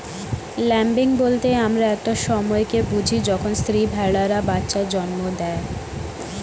lambing বলতে আমরা একটা সময় কে বুঝি যখন স্ত্রী ভেড়ারা বাচ্চা জন্ম দেয়